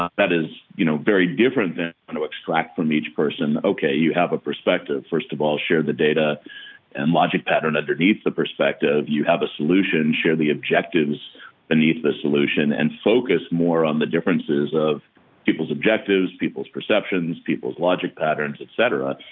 ah that is, you know, very different than to extract from each person, ok, you have a perspective. first of all, share the data and logic pattern underneath the perspectives. you have a solution, share the objectives beneath the solution and focus more on the differences of people's objectives, people's perceptions, people's logic patterns, etc.